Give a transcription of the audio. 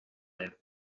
libh